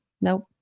nope